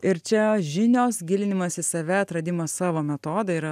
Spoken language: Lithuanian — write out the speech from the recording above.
ir čia žinios gilinimas į save atradimas savo metodą yra